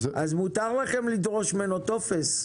אז מנותר לכם לדרוש ממנו טופס.